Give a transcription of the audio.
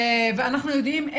ואנחנו יודעים,